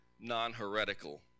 non-heretical